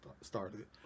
started